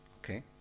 Okay